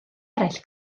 eraill